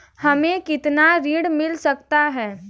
हमें कितना ऋण मिल सकता है?